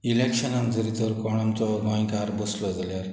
इलेक्शना जरी जर कोण आमचो गोंयकार बसलो जाल्यार